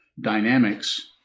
dynamics